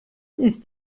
ist